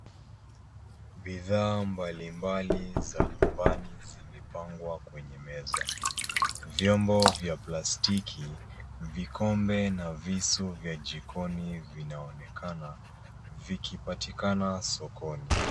Biadhaa mbalimbali za nyumbani zimepangwa kwenye meza. Vyombo vya plastiki, vikombe na visu vya jikoni vinaonekana vikipatikana sokoni.